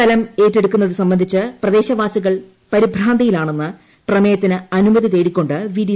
സ്ഥലം ഏറ്റെടുക്കുന്നത് സംബന്ധിച്ച് പ്രദേശവാസിക്ർ പരിഭ്രാന്തിയിലാണെന്ന് പ്രമേയത്തിന് അനുമതി തേടിക്കൊണ്ട് പിഡി